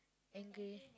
angry